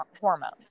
hormones